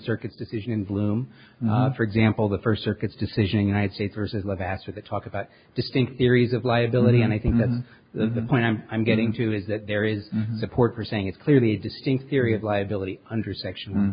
circuits decisions loom for example the first circuits decision united states versus the data the talk about distinct theories of liability and i think the point i'm i'm getting to is that there is the port for saying it's clearly a distinct theory of liability under section